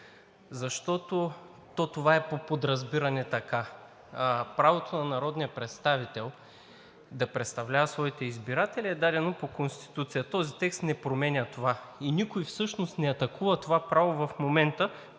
защото то това е по подразбиране така – правото на народния представител да представлява своите избиратели е дадено по Конституция. Този текст не променя това и никой всъщност не атакува това право в момента